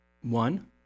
One